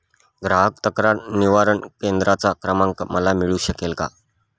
ग्राहक तक्रार निवारण केंद्राचा क्रमांक मला मिळू शकेल का?